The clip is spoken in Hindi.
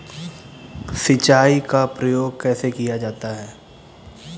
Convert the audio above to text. सिंचाई का प्रयोग कैसे किया जाता है?